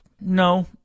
No